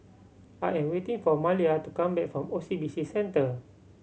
I am waiting for Maleah to come back from O C B C Centre